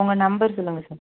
உங்கள் நம்பர் சொல்லுங்கள் சார்